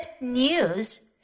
news